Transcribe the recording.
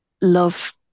love